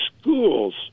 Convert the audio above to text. schools